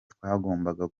twagombaga